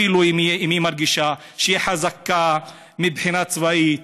אפילו אם היא מרגישה שהיא חזקה מבחינה צבאית,